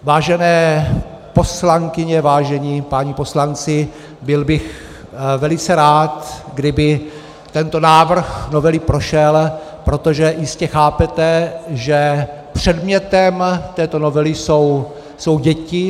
Vážené poslankyně, vážení páni poslanci, byl bych velice rád, kdyby tento návrh novely prošel, protože jistě chápete, že předmětem této novely jsou děti.